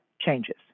changes